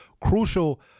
crucial